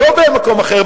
לא במקום אחר.